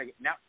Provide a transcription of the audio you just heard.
now